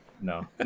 no